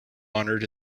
honored